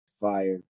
fire